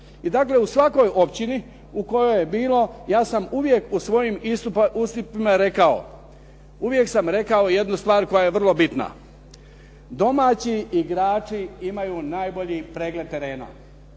I dakle u svakoj općini u kojoj je bilo, ja sam uvijek u svojim istupima rekao, uvijek sam rekao jednu stvar koja je vrlo bitna. Domaći igrači imaju najbolji pregled terena.